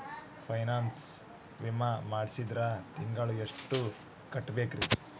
Pension ವಿಮಾ ಮಾಡ್ಸಿದ್ರ ತಿಂಗಳ ಎಷ್ಟು ಕಟ್ಬೇಕ್ರಿ?